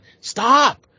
stop